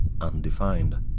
undefined